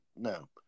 No